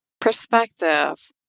perspective